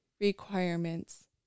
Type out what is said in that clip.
requirements